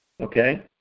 Okay